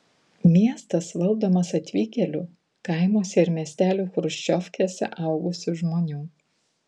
miestas valdomas atvykėlių kaimuose ir miestelių chruščiovkėse augusių žmonių